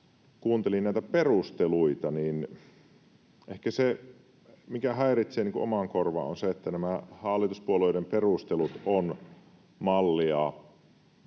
kuuntelin näitä perusteluita — niin mikä hieman ehkä häiritsee omaa korvaa, on se, että nämä hallituspuolueiden perustelut ovat mallia